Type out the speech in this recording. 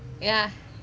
ya